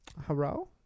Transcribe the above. hello